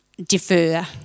defer